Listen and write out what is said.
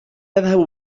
نذهب